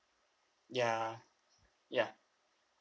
ya ya